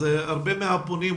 הרבה מהפונים,